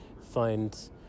find